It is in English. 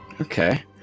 okay